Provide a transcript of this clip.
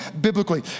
biblically